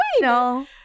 No